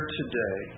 today